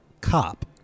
cop